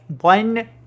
one